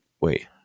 Wait